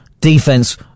defense